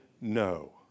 no